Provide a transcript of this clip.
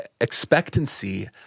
expectancy